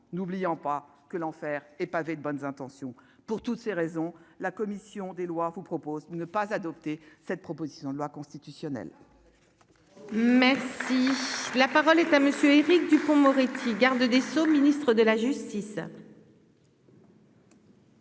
n'oublions pas que l'enfer est pavé de bonnes intentions pour toutes ces raisons, la commission des lois vous propose ne pas adopter. Cette proposition de loi constitutionnelle. Merci, la parole est à monsieur Éric Dupond-Moretti, garde des Sceaux, ministre de la justice.